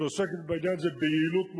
שעוסקת בעניין הזה ביעילות מרובה,